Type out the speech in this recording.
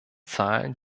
zahlen